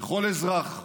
וכל אזרח,